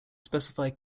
specify